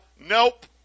Nope